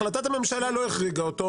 החלטת הממשלה לא החריגה אותו,